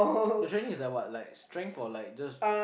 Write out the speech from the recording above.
the training is like what strength or like just